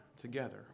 together